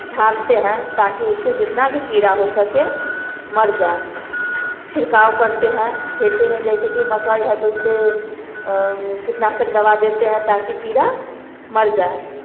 झाड़ते हैं ताकि उसे जितना भी कीड़ा हो सके मर जाए छिड़काव करते हैं खेत में जैसे मकई है तो उसपर कीटनाशक दवा देते हैं ताकि कीड़ा मर जाए